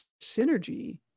synergy